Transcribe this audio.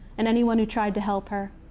and anyone who tried to help her,